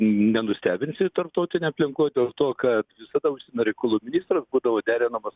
nenustebinsi tarptautinėj aplinkoj dėl to kad visada užsienio reikalų ministras būdavo derinamas